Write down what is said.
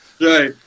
Right